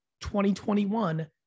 2021